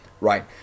right